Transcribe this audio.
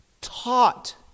taught